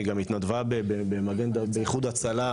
היא גם התנדבה ב'איחוד הצלה'